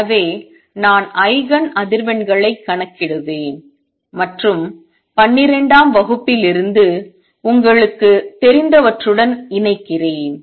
எனவே நான் ஐகன் அதிர்வெண்களைக் கணக்கிடுவேன் மற்றும் பன்னிரெண்டாம் வகுப்பிலிருந்து உங்களுக்குத் தெரிந்தவற்றுடன் இணைக்கிறேன்